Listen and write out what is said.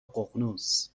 ققنوس